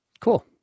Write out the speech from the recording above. Cool